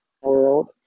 world